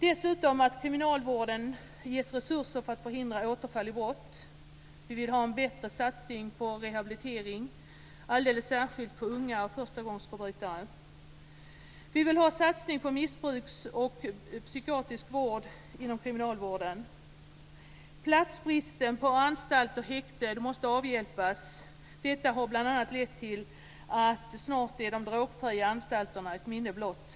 Dessutom vill vi att kriminalvården ges resurser för att förhindra återfall i brott. Vi vill ha en bättre satsning på rehabilitering, alldeles särskilt när det gäller unga och förstagångsförbrytare. Vi vill ha en satsning på missbruksvård och psykiatrisk vård inom kriminalvården. Platsbristen på anstalter och häkten måste avhjälpas. De drogfria anstalterna är snart ett minne blott.